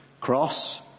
cross